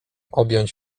objąć